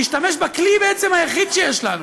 להשתמש בכלי היחיד שיש לנו,